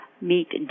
meet